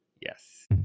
Yes